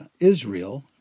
Israel